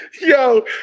Yo